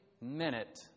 minute